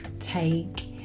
take